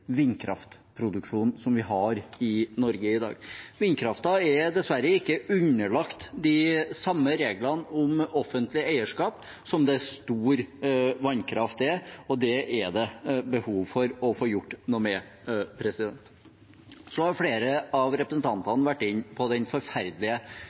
vindkraftproduksjonen vi har i Norge i dag. Vindkraften er dessverre ikke underlagt de samme reglene om offentlig eierskap som det stor vannkraft er, og det er det behov for å få gjort noe med. Flere av representantene har